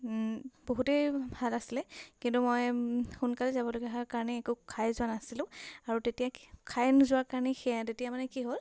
বহুতেই ভাল আছিলে কিন্তু মই সোনকালে যাবলগীয়া হোৱাৰ কাৰণে একো খাই যোৱা নাছিলোঁ আৰু তেতিয়া খাই নোযোৱাৰ কাৰণে সেই তেতিয়া মানে কি হ'ল